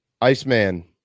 Iceman